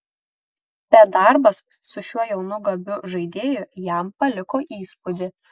bet darbas su šiuo jaunu gabiu žaidėju jam paliko įspūdį